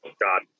God